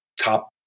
top